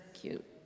cute